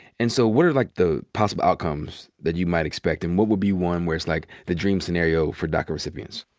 and so what are, like, the possible outcomes that you might expect? and what would be one where it's, like, the dream scenario for daca recipients?